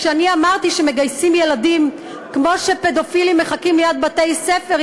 כשאני אמרתי שמגייסים ילדים כמו שפדופילים מחכים ליד בתי-ספר,